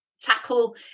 tackle